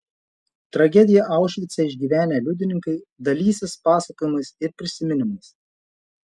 tragediją aušvice išgyvenę liudininkai dalysis pasakojimais ir prisiminimais